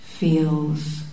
Feels